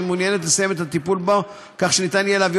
והיא מעוניינת לסיים את הטיפול בו כך שיהיה אפשר להביאו